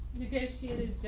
negotiated?